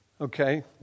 Okay